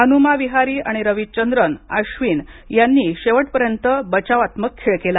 हनुमा विहारी आणि रविचंद्रन अश्विन यांनी शेवटपर्यंत बचावात्मक खेळ केला